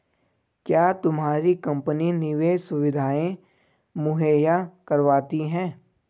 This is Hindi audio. क्या तुम्हारी कंपनी निवेश सुविधायें मुहैया करवाती है?